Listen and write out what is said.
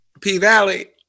P-Valley